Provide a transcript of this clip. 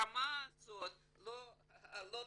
הרמה העיתונאית הזאת לא תחזור.